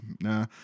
Nah